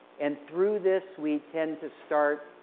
and through this, we tend to start